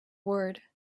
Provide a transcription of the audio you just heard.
word